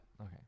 Okay